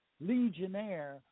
legionnaire